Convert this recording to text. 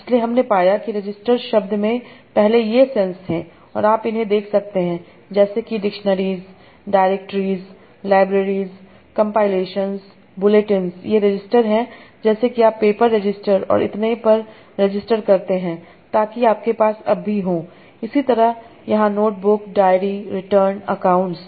इसलिए हमने पाया कि रजिस्टर्स शब्द में पहले ये सेंस थे और आप इन्हें देख सकते हैं जैसे कि dictionaries directories libraries compilations bulletin ये रजिस्टर हैं जैसे कि आप पेपर रजिस्टर और इतने पर रजिस्टर करते हैं ताकि आपके पास अब भी हो इसी तरह यहाँ नोटबुक डायरी रिटर्न एकाउंट्स